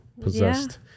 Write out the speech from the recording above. possessed